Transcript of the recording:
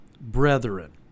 brethren